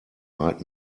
might